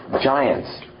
giants